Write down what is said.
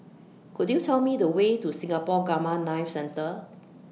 Could YOU Tell Me The Way to Singapore Gamma Knife Centre